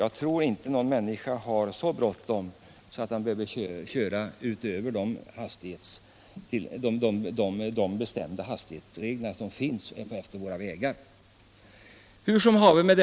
Jag tror inte någon människa har så bråttom att han behöver köra fortare än hastighetsgränserna utefter vägarna tillåter.